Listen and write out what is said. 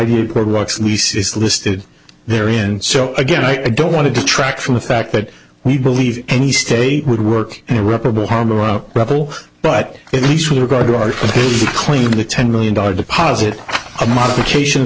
did watch leases listed there and so again i don't want to detract from the fact that we believe any state would work and irreparable harm or out trouble but at least with regard to our claim to the ten million dollar deposit a modification